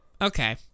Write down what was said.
Okay